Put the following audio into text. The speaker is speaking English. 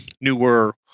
newer